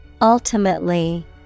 Ultimately